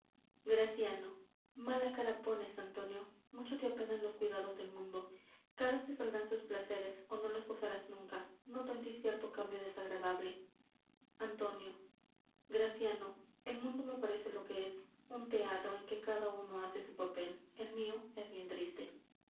graciano mala cara pones antonio mucho te apenan los cuidados del mundo caros te saldrán sus placeres ó no los gozarás nunca noto en tí cierto cambio desagradable antonio graciano el mundo me parece lo que es un teatro en que cada uno hace su papel el mio es bien triste